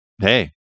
Hey